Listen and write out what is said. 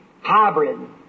hybrid